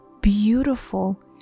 beautiful